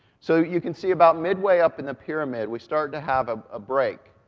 so you can see about midway up in the pyramid, we start to have a ah break.